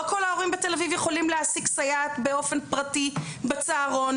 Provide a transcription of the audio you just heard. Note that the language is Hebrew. לא כל ההורים בתל-אביב יכולים להשיג סייעת באופן פרטי בצהרון.